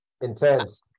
Intense